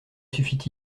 suffit